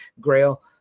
grail